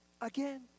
Again